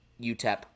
utep